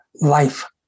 life